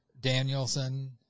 Danielson